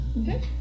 Okay